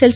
L